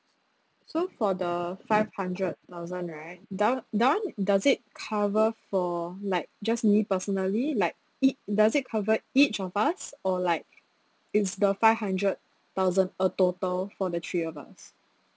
so for the five hundred thousand right that [one] that [one] does it cover for like just me personally like it does it cover each of us or like is the five hundred thousand a total for the three of us